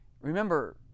Remember